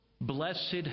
Blessed